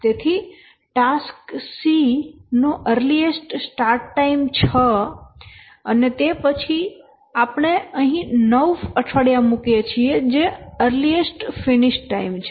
તેથી task C નો earliest start time 6 અને તે પછી આપણે અહીં 9 અઠવાડિયા મૂકીએ છીએ જે અર્લીએસ્ટ ફિનિશ ટાઈમ છે